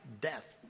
death